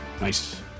Nice